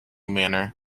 manner